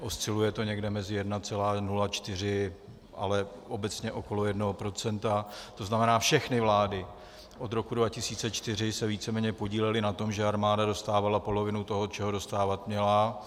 Osciluje to někde mezi 1,04, ale obecně okolo 1 %, to znamená, všechny vlády od roku 2004 se víceméně podílely na tom, že armáda dostávala polovinu toho, čeho dostávat měla.